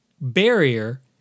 barrier